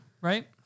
right